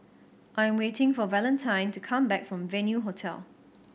I am waiting for Valentine to come back from Venue Hotel